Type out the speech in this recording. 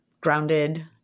grounded